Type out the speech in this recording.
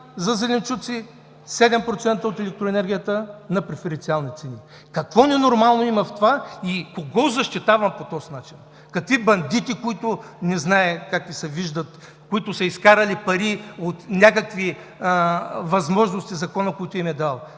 за зеленчуците, 7% от електроенергията на преференциални цени. Какво ненормално има в това и кого защитавам по този начин? Какви бандити? Не знам как Ви се виждат онези, които са изкарали пари от някакви възможности, които им е дал